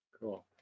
Cool